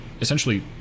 essentially